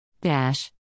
Dash